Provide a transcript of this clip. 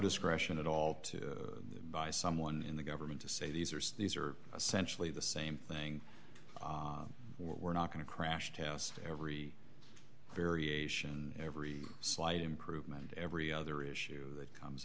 discretion at all to buy someone in the government to say these are these are essentially the same thing we're not going to crash test every variation every slight improvement every other issue that comes